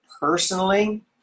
personally